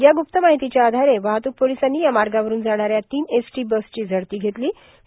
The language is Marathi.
या गुप्त मार्ाहतीच्या आधारे वाहतूक पोर्लसांनी या मागावरून जाणाऱ्या तीन एसटों बसची झडती घेतलों